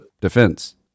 defense